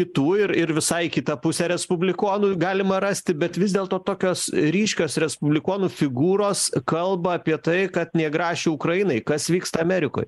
kitų ir ir visai kitą pusę respublikonų galima rasti bet vis dėlto tokios ryškios respublikonų figūros kalba apie tai kad nė grašio ukrainai kas vyksta amerikoj